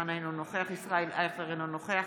אינו נוכח